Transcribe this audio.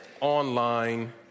online